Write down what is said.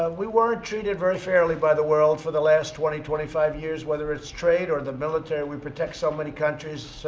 ah we weren't treated very fairly by the world for the last twenty, twenty five years, whether it's trade or the military. we protect so many countries.